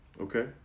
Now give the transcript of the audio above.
Okay